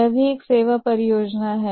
यह भी एक सेवा परियोजना है